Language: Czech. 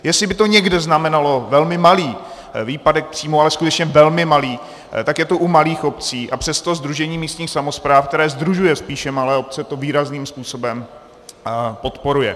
Jestli by to někde znamenalo velmi malý výpadek příjmů, ale skutečně velmi malý, tak je to u malých obcí, a přesto Sdružení místních samospráv, které sdružuje spíše malé obce, to výrazným způsobem podporuje.